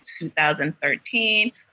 2013